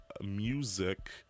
music